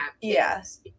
Yes